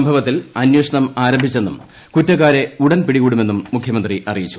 സംഭവത്തിൽ അന്വേഷണം ആരംഭിച്ചെന്നും കുറ്റക്കാരെ ഉടൻ പിടികൂടുമെന്നും മുഖ്യമന്ത്രി അറിയിച്ചു